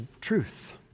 truth